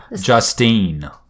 Justine